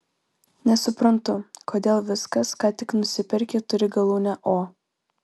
nesuprantu kodėl viskas ką tik nusiperki turi galūnę o